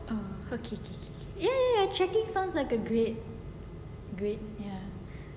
um okay K K ya trekking sounds like a great great ya